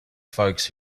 folks